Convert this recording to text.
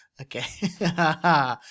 Okay